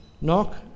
knock